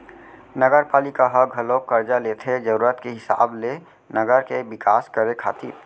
नगरपालिका ह घलोक करजा लेथे जरुरत के हिसाब ले नगर के बिकास करे खातिर